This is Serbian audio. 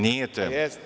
Nije tema.